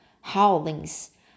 howlings